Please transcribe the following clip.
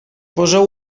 poseu